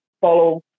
follow